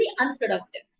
unproductive